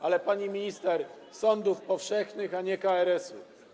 Ale, pani minister, sądów powszechnych, a nie KRS-u.